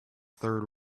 third